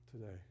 today